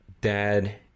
dad